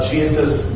Jesus